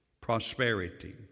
prosperity